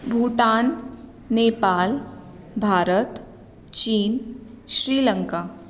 Bhutan Nepal India China Sri Lanka